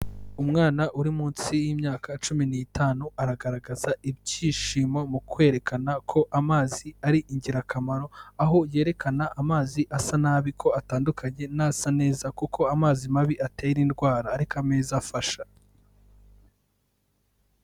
Umwana uri munsi y'imyaka cumi n'itanu, aragaragaza ibyishimo mu kwerekana ko amazi ari ingirakamaro, aho yerekana amazi asa nabi ko atandukanye n'asa neza kuko amazi mabi atera indwara, ariko ameza afasha.